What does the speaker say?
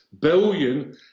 billion